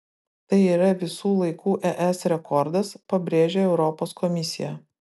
tai yra visų laikų es rekordas pabrėžia europos komisija